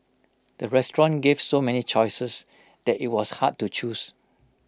the restaurant gave so many choices that IT was hard to choose